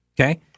Okay